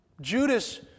Judas